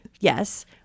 Yes